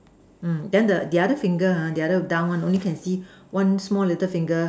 mm then the the other finger ah the other down one only can see one small little finger